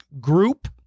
group